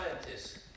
scientists